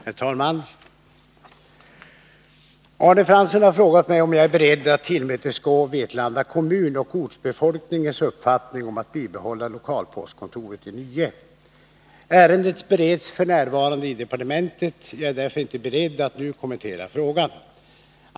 Herr talman! Arne Fransson har frågat mig om jag är beredd att tillmötesgå Vetlanda kommun och ortsbefolkningens uppfattning om att bibehålla lokalpostkontoret i Nye. Ärendet bereds f. n. i departementet. Jag är därför inte beredd att nu kommentera frågan.